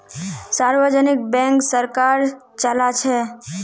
सार्वजनिक बैंक सरकार चलाछे